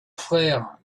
frère